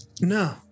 No